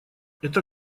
это